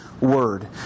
Word